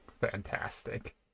Fantastic